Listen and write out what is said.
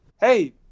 hey